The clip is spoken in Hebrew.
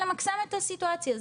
למקסם את הסיטואציה,